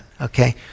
okay